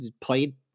played